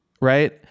right